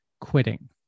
Quitting